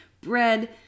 Bread